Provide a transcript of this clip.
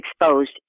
exposed